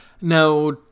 now